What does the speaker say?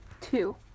Two